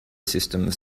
systems